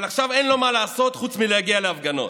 אבל עכשיו אין לו מה לעשות חוץ מלהגיע להפגנות.